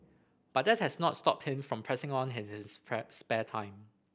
but that has not stopped him from pressing on his his spare time